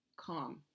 calm